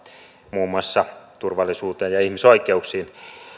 muun muassa turvallisuuteen ja ihmisoikeuksiin